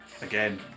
Again